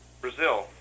Brazil